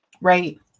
Right